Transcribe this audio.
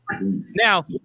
Now